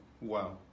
Wow